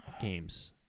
games